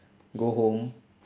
go home